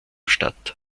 statt